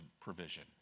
provision